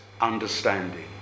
understanding